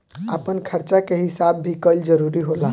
आपन खर्चा के हिसाब भी कईल जरूरी होला